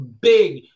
big